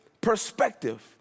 perspective